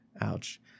ouch